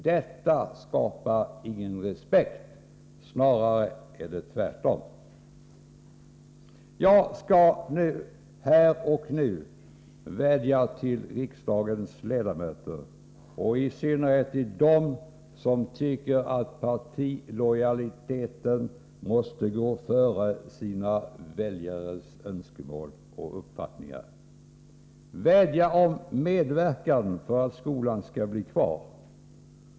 Detta skapar ingen respekt, snarare tvärtom. Jag skall här och nu rikta en vädjan till riksdagens ledamöter och i synnerhet till dem som tycker att partilojaliteten måste gå före deras väljares önskemål och uppfattningar. Min vädjan går ut på att de skall medverka till att tandläkarhögskolan i Malmö blir kvar.